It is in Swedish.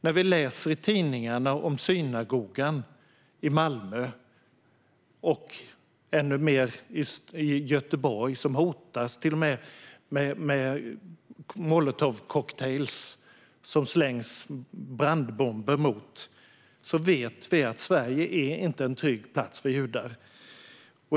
När vi läser i tidningarna om synagogan i Malmö och ännu mer i Göteborg där man till och med hotas med molotovcoctails, brandbomber, som slängs, vet vi att Sverige inte är en trygg plats för judar.